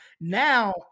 Now